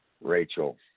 Rachel